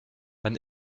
wann